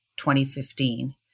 2015